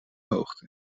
hoogte